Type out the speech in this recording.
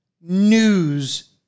news